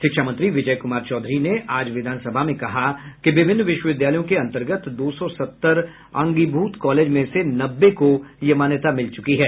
शिक्षा मंत्री विजय कुमार चौधरी ने आज विधान सभा में कहा कि विभिन्न विश्वविद्यालयों के अंतर्गत दो सौ सत्तर अंगीभूत कॉलेज में से नब्बे को यह मान्यता मिल चुकी है